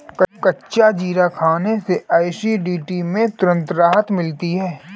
कच्चा जीरा खाने से एसिडिटी में तुरंत राहत मिलती है